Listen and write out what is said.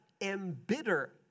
embitter